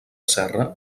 serra